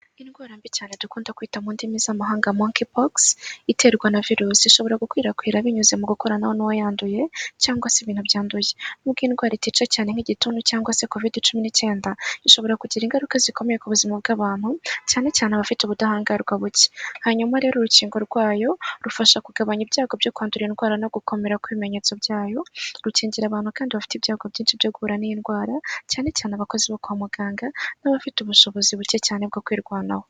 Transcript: Indwara mbi cyane dukunda kwita mu ndimi z'amahanga monkepoxs iterwa na virusi zishobora gukwirakwira binyuze muko noneho wa yanyanduye cyangwa se ibintu byanduye nubwo indwaratica cyane nk'igituntu cyangwa se covid cumi n'icyenda ishobora kugira ingaruka zikomeye ku buzima bw'abantu cyane cyane abafite ubudahangarwa buke hanyuma rero urukingo rwayo rufasha kugabanya ibyago byo kwandura indwara no gukomera ku'ibimenyetso byayo rukingira abantu kandi bafite ibyago byinshi byo guhura'iyi ndwara cyane cyane abakozi bo kwa muganga n'abafite ubushobozi buke cyane bwo kwirwanaho,